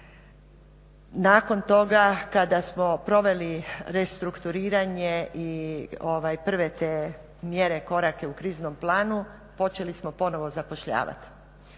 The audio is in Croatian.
Nakon toga kada smo proveli restrukturiranje i prve te mjere korake u kriznom planu počeli smo ponovno zapošljavati.